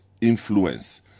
influence